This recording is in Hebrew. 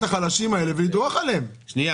החלשים האלה ולדרוך עליהם --- ינון,